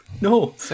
No